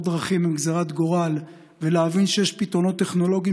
הדרכים הן גזרת גורל ולהבין שיש פתרונות טכנולוגיים